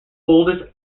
oldest